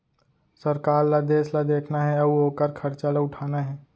सरकार ल देस ल देखना हे अउ ओकर खरचा ल उठाना हे